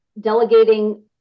delegating